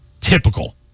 typical